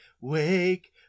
wake